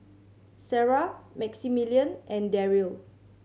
Sarrah Maximilian and Darryl